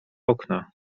okna